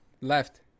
Left